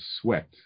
sweat